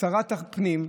שרת הפנים,